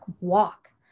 walk